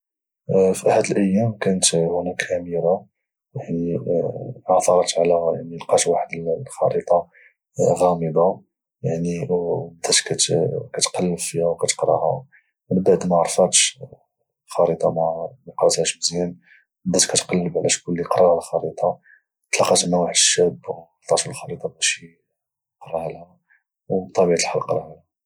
في احد الأيام كانت هناك اميرة عثرت على يعني لقات واحد الخريطة غامضة يعني او بدات كتقلب فيها وكتقراها من بعد معرفاتش الخريطة مقراتهاش مزيان او بدات كتقلب على شكون اللي يقرالها الخريطة تلاقات مع واحد الشاب وعطاتو الخريطة باش اقراها لها او بطبيعة الحال قراها لها